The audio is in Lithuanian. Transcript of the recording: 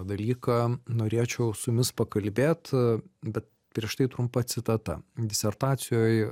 dalyką norėčiau su jumis pakalbėt bet prieš tai trumpa citata disertacijoj